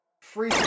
free